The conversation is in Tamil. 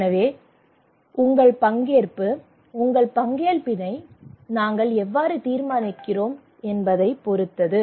எனவே உங்கள் பங்கேற்பு உங்கள் பங்களிப்பை நாங்கள் எவ்வாறு தீர்மானிக்கிறோம் என்பதைப் பொறுத்தது